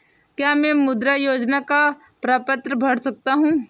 क्या मैं मुद्रा योजना का प्रपत्र भर सकता हूँ?